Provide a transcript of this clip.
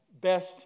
best